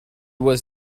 was